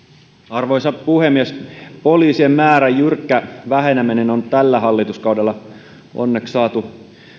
arvoisa puhemies poliisien määrän jyrkkä väheneminen on tällä hallituskaudella onneksi saatu